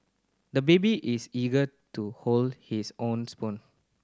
the baby is eager to hold his own spoon